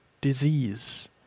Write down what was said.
disease